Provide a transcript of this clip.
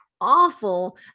awful